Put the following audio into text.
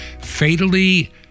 fatally